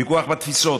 ויכוח בתפיסות.